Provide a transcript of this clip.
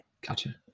Gotcha